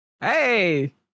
Hey